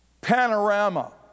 panorama